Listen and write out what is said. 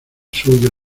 suyo